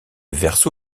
verso